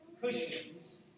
cushions